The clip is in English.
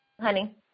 Honey